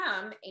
come